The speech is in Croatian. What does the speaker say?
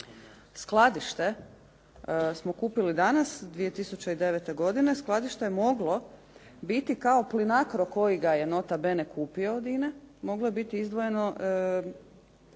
Skladište smo kupili danas 2009. godine, skladište je mogao biti kao Plinacro koji ga je nota bene kupio od INA-e moglo je biti izdvojeno